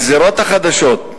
הגזירות החדשות: